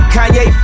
Kanye